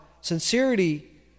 sincerity